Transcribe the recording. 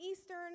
Eastern